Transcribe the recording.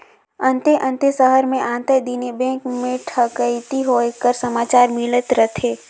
अन्ते अन्ते सहर में आंतर दिन बेंक में ठकइती होए कर समाचार मिलत रहथे